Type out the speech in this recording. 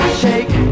shake